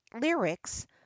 lyrics